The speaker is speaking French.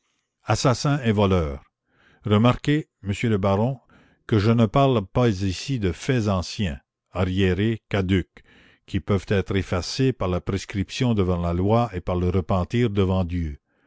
assassin et voleur remarquez monsieur le baron que je ne parle pas ici de faits anciens arriérés caducs qui peuvent être effacés par la prescription devant la loi et par le repentir devant dieu